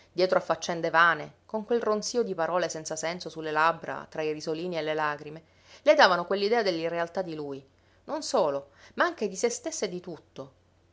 dietro a faccende vane con quel ronzio di parole senza senso su le labbra tra i risolini e le lagrime le davano quell'idea dell'irrealità di lui non solo ma anche di se stessa e di tutto